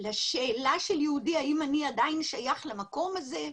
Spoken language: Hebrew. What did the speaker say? לשאלה של יהודי האם אני עדיין שייך למקום הזה,